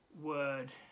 word